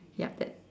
yup that